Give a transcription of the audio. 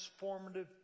transformative